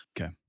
Okay